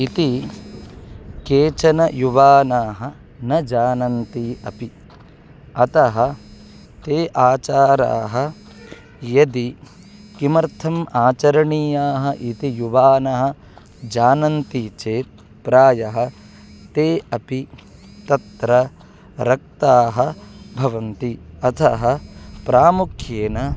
इति केचन युवानः न जानन्ति अपि अतः ते आचाराः यदि किमर्थम् आचरणीयाः इति युवानः जानन्ति चेत् प्रायः ते अपि तत्र रक्ताः भवन्ति अतः प्रामुख्येन